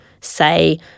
say